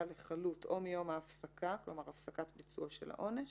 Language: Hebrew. לחלוט או מיום ההפסקה" כלומר הפסקת ביצועו של העונש